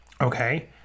Okay